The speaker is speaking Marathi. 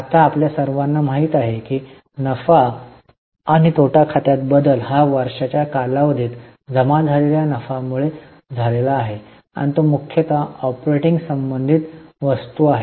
आता आपल्या सर्वांना हे माहित आहे की नफा आणि तोटा खात्यात बदल हा वर्षाच्या कालावधीत जमा झालेल्या नफ्यामुळे झाला आहे आणि तो मुख्यतः ऑपरेटिंग संबंधित वस्तू आहे